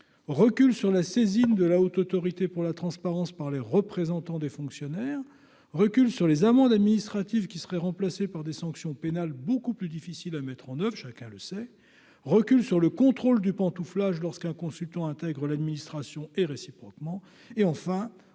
recul sur la saisine de la Haute autorité pour la transparence par les représentants des fonctionnaires recul sur les amendes administratives qui seraient remplacées par des sanctions pénales, beaucoup plus difficile à mettre en oeuvre, chacun le sait, recul sur le contrôle du pantouflage lorsqu'un consultant intègre l'administration et réciproquement et enfin